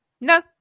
no